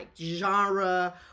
genre